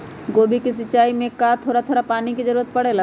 गोभी के सिचाई में का थोड़ा थोड़ा पानी के जरूरत परे ला?